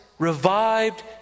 revived